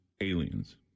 aliens